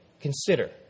consider